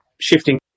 shifting